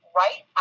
right